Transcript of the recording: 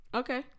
okay